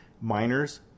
miners